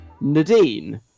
Nadine